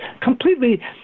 Completely